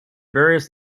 various